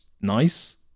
nice